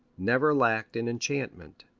never lacked in enchantment.